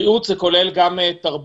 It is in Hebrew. בריאות זה כולל גם תרבות.